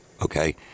Okay